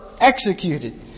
Executed